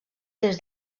des